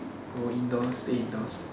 go indoors stay indoors